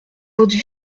votre